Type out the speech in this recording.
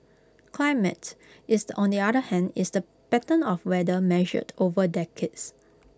climate is the other hand is the pattern of weather measured over decades